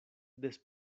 des